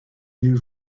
new